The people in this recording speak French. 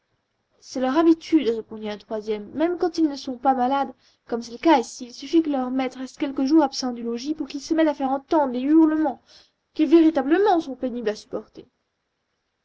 c'est leur habitude répondit un troisième même quand il ne sont pas malades comme c'est le cas ici il suffit que leur maître reste quelques jours absent du logis pour qu'ils se mettent à faire entendre des hurlements qui véritablement sont pénibles à supporter